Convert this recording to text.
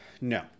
no